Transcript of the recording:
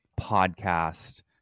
podcast